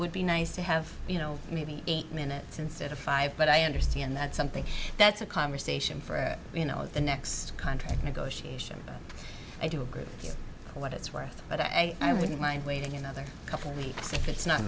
would be nice to have you know maybe eight minutes instead of five but i understand that's something that's a conversation for you know the next contract negotiation i do agree with what it's worth but i i wouldn't mind waiting another couple of weeks if it's not